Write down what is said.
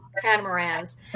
catamarans